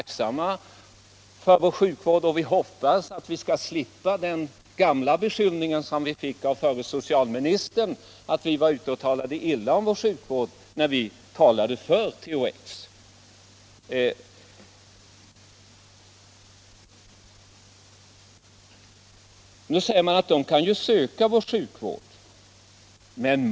Vi uppskattar vår sjukvård, är tacksamma för den och hoppas att vi skall slippa den beskyllning som vi fick av förre socialministern att vi var ute och talade illa om vår sjukvård när vi talade för THX.